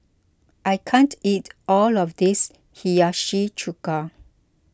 I can't eat all of this Hiyashi Chuka